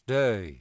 day